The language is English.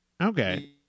okay